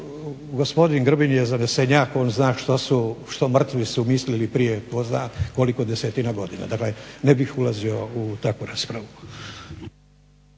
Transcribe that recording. gospodin Grbin je zanesenjak. On zna što su mrtvi su mislili prije tko zna koliko desetina godina, dakle ne bih ulazio u takvu raspravu.